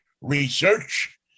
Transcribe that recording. research